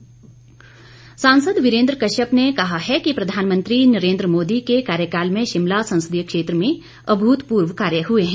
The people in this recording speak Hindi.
वीरेन्द्र कश्यप सांसद वीरेन्द्र कश्यप ने कहा है कि प्रधानमंत्री नरेन्द्र मोदी के कार्यकाल में शिमला संसदीय क्षेत्र में अभूतपूर्व कार्य हुए हैं